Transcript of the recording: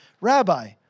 Rabbi